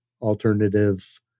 alternative